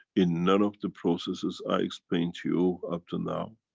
in none of the processes i explained to you up to now,